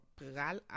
pral